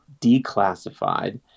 declassified